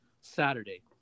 Saturday